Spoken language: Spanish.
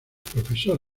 profesor